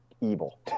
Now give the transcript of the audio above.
evil